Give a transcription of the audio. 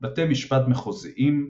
בתי משפט מחוזיים,